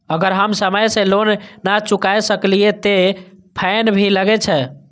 अगर हम समय से लोन ना चुकाए सकलिए ते फैन भी लगे छै?